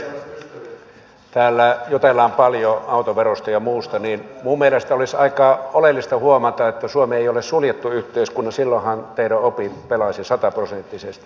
kun täällä jutellaan paljon autoverosta ja muusta niin minun mielestäni olisi aika oleellista huomata että suomi ei ole suljettu yhteiskunta silloinhan teidän oppinne pelaisivat sataprosenttisesti